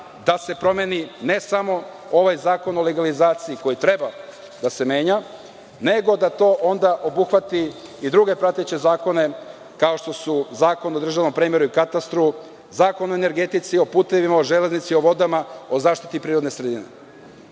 da se promeni, ne samo, ovaj Zakon o legalizaciji koji treba da se menja nego da to onda obuhvati i druge prateće zakone kao što su Zakon o državnom premeru i katastru, Zakon o energetici, o putevima, o železnici, o vodama, o zaštiti prirodne sredine. Sada